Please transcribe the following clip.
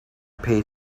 pay